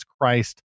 Christ